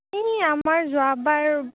এই আমাৰ যোৱাবাৰ